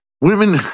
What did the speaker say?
women